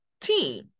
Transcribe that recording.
team